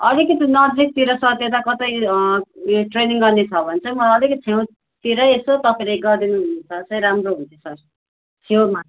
अलिकति नजिकतिर सर त्यता कतै ट्रेनिङ गर्ने छ भने चाहिँ मलाई अलिकति छेउतिरै यसो तपाईँले गरिदिनुहुन्छ भने चाहिँ राम्रो हुन्थ्यो सर छेउमा